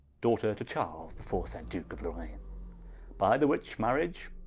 daughter to charles the foresaid duke of loraine by the which marriage,